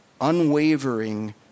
unwavering